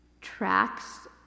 tracks